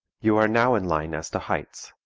you are now in line as to heights.